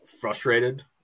frustrated